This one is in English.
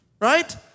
right